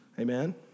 Amen